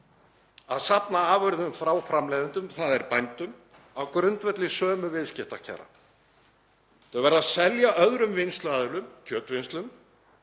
að safna afurðum frá framleiðendum, þ.e. bændum, á grundvelli sömu viðskiptakjara. Þau verða að selja öðrum vinnsluaðilum, kjötvinnslum,